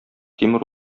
тимер